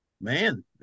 Man